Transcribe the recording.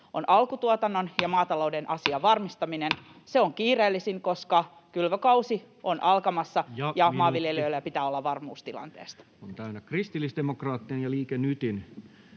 alkutuotannon ja maatalouden asian varmistaminen. Se on kiireellisin, koska kylvökausi on alkamassa ja maanviljelijöillä pitää olla varmuus tilanteesta. Ja minuutti on täynnä. — Kristillisdemokraattien ja Liike Nytin